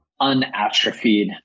unatrophied